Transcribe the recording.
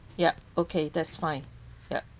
yup okay that's fine yup